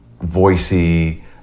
voicey